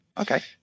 Okay